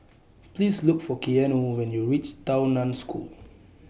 Please Look For Keanu when YOU REACH Tao NAN School